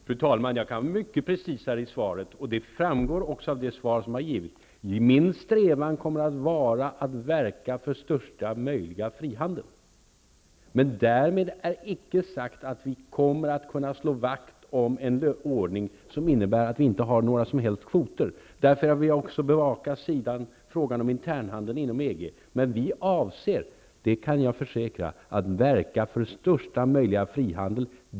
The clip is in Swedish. Fru talman! Jag kan vara mycket mer precis i svaret, och det framgår också av det skrivna svaret. Min strävan kommer att vara att verka för största möjliga frihandel. Men därmed är icke sagt att vi kommer att kunna slå vakt om en ordning som innebär att vi inte har några som helst kvoter. Därför vill jag också bevaka frågan om internhandeln inom EG. Men vi avser, det kan jag försäkra, att verka för största möjliga frihandel.